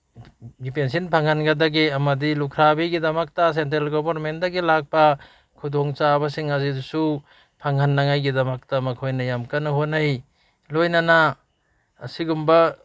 pension ꯐꯪꯍꯟꯒꯗꯒꯦ ꯑꯃꯗꯤ ꯂꯨꯈ꯭ꯔꯥꯕꯤꯒꯤꯗꯃꯛꯇ ꯁꯦꯟꯇ꯭ꯔꯦꯜ ꯒꯣꯕꯔꯃꯦꯟꯗꯒꯤ ꯂꯥꯛꯄ ꯈꯨꯗꯣꯡ ꯆꯥꯕꯁꯤꯡ ꯑꯁꯤꯁꯨ ꯐꯪꯍꯟꯅꯉꯥꯏꯒꯤꯗꯃꯛꯇ ꯃꯈꯣꯏꯅ ꯌꯥꯝ ꯀꯟꯅ ꯍꯣꯠꯅꯩ ꯂꯣꯏꯅꯅ ꯑꯁꯤꯒꯨꯝꯕ